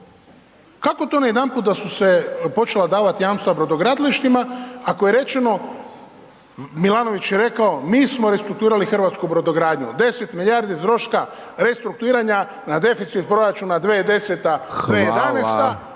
Kako to najedanput da su se počela davati jamstva brodogradilištima, ako je rečeno, Milanović je rekao, mi smo restrukturirali hrvatsku brodogradnju, 10 milijardi troška restrukturiranja na deficit proračuna 2010./2011.,